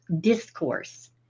discourse